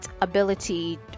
ability